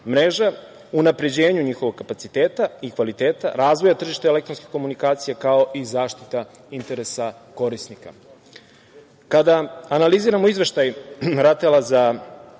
mreža, unapređenju njihovog kapaciteta i kvaliteta, razvoja tržišta elektronskih komunikacija kao i zaštita interesa korisnika. Kada analiziramo izveštaj RATEL-a za